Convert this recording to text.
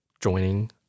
joining